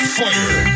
Fire